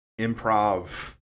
improv